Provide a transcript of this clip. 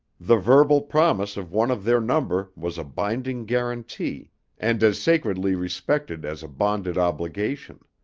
the verbal promise of one of their number was a binding guarantee and as sacredly respected as a bonded obligation.